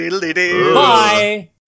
Bye